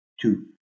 two